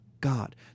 God